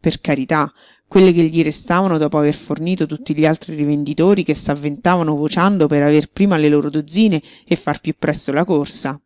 per carità quelle che gli restavano dopo aver fornito tutti gli altri rivenditori che s'avventavano vociando per aver prima le loro dozzine e far piú presto la corsa